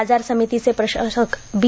बाजार समितीचे प्रशासक बी